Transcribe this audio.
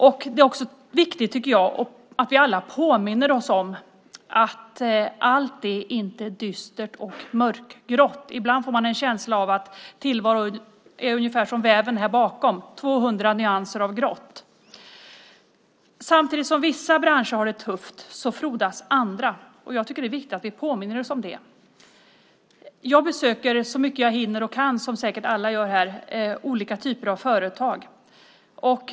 Jag tycker också att det är viktigt att vi alla påminner oss om att allt inte är dystert och mörkgrått. Ibland får man en känsla av att tillvaron är ungefär som väven bakom oss - 200 nyanser av grått. Samtidigt som vissa branscher har det tufft frodas andra. Jag tycker att det är viktigt att vi påminner oss om det. Jag besöker så mycket som jag hinner och kan - vilket säkert alla här gör - olika typer av företag.